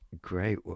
great